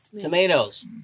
Tomatoes